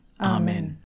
Amen